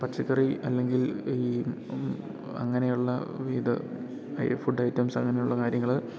പച്ചക്കറി അല്ലെങ്കിൽ ഈ അങ്ങനെയുള്ള ഇത് ഫുഡൈറ്റംസ് അങ്ങനെയുള്ള കാര്യങ്ങള്